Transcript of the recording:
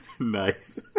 Nice